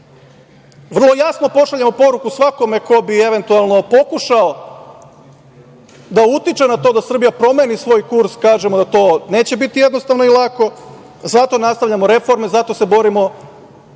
vrlo jasno pošaljemo poruku svakome ko bi eventualno pokušao da utiče na to da Srbija promeni svoj kurs kažemo da to neće biti jednostavno i lako, zato nastavljamo reforme, zato se borimo